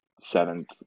seventh